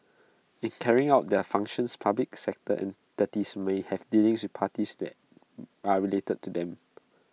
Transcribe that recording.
in carrying out their functions public sector entities may have dealings with parties that are related to them